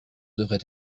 devrait